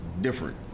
different